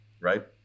right